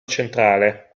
centrale